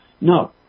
no